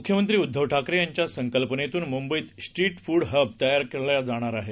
मुख्यमंत्रीउद्धवठाकरेयांच्यासंकल्पनेतूनमुंबईतस्ट्रीटफूडहबतयारकेलाजाणारआहे